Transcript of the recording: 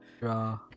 Draw